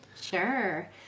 Sure